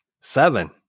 Seven